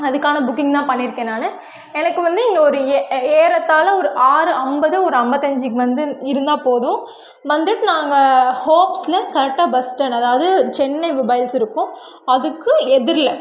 அதற்கான புக்கிங் தான் பண்ணிருக்கேன் நான் எனக்கு வந்து இங்கே ஒரு ஏ ஏறத்தாழ ஒரு ஆறு ஐம்பது ஒரு ஐம்பத்தஞ்சிக்கு வந்து இருந்தால் போதும் வந்துவிட்டு நாங்கள் ஹோப்ஸ்னு கரெக்டாக பஸ் ஸ்டாண்ட் அதாவது சென்னை பஸ் இருக்கும் அதுக்கு எதிரில்